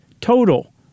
total